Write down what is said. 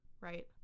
right